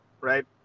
right